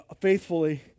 faithfully